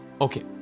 Okay